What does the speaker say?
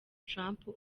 trump